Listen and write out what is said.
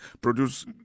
produce